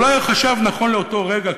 ואולי הוא חשב נכון לאותו רגע,